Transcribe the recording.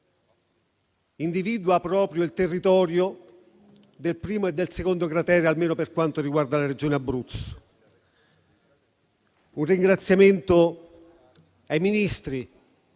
individua proprio il territorio del primo e del secondo cratere, almeno per quanto riguarda la Regione Abruzzo. Un ringraziamento va ai Ministri,